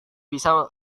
bisa